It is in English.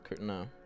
No